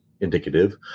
indicative